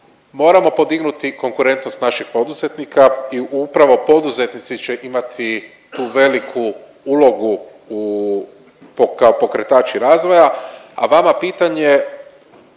Moramo podignuti konkurentnost naših poduzetnika i upravo poduzetnici će imati tu veliku ulogu kao pokretači razvoja, a vama pitanje